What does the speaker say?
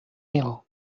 mil